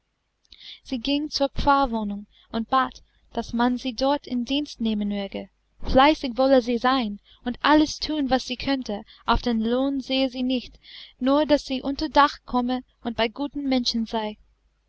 sie ging zur pfarrwohnung und bat daß man sie dort in dienst nehmen möge fleißig wolle sie sein und alles thun was sie könnte auf den lohn sehe sie nicht nur daß sie unter dach komme und bei guten menschen sei